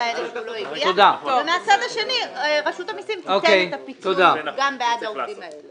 האלה שהוא לא הגיע ורשות המסים תיתן את הפיצוי גם בעד העובדים האלה.